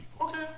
Okay